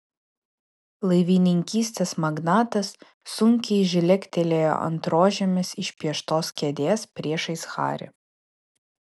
laivininkystės magnatas sunkiai žlegtelėjo ant rožėmis išpieštos kėdės priešais harį